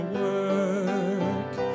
work